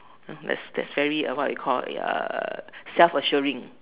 that that very what you call self assuring